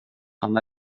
han